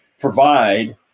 provide